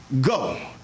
go